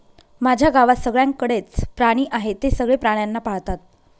माझ्या गावात सगळ्यांकडे च प्राणी आहे, ते सगळे प्राण्यांना पाळतात